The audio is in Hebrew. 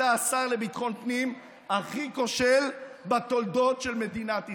אתה השר לביטחון פנים הכי כושל בתולדות מדינת ישראל.